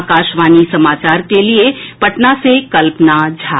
आकाशवाणी समाचार के लिए पटना से कल्पना झा